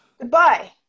Goodbye